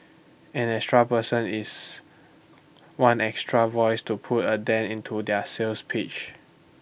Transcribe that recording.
an extra person is one extra voice to put A dent into their sales pitch